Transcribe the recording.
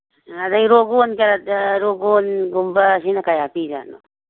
ꯑꯗꯩ ꯔꯣꯒꯣꯟꯒ ꯔꯣꯒꯣꯟꯒꯨꯝꯕꯁꯤꯅ ꯀꯌꯥ ꯄꯤꯔꯤ ꯖꯥꯠꯅꯣ